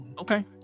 Okay